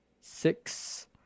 six